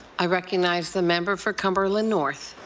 i recognize the member for cumberland north.